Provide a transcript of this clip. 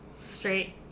Straight